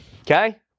okay